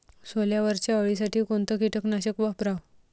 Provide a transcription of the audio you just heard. सोल्यावरच्या अळीसाठी कोनतं कीटकनाशक वापराव?